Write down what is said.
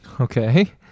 Okay